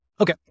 Okay